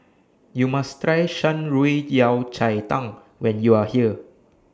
YOU must Try Shan Rui Yao Cai Tang when YOU Are here